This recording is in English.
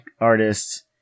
artists